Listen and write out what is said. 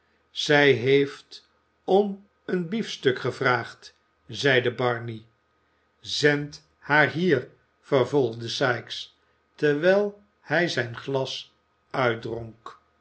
zij heeft om een beafstuk gevraagd zeide barney zend haar hier vervolgde sikes terwijl hij zijn glas uitdronk